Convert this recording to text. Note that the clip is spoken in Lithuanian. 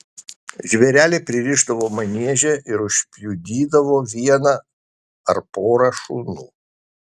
žvėrelį pririšdavo manieže ir užpjudydavo vieną ar porą šunų